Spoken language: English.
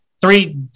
Three